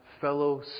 fellow